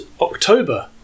October